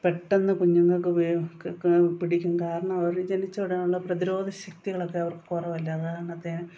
പെട്ടെന്ന് കുഞ്ഞുങ്ങൾക്ക് പിടിക്കും കാരണം അവർ ജനിച്ച ഉടനെ ഉള്ള പ്രതിരോധ ശക്തികളൊക്കെ അവർക്ക് കുറവല്ലേ അതുകാരണത്തേനും